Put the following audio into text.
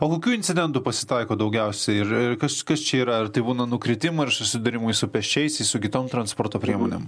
o kokių incidentų pasitaiko daugiausiai ir kas kas čia yra ar tai būna nukritimai ar susidūrimui su pėsčiaisiais su kitom transporto priemonėm